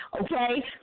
Okay